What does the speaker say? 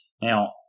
Now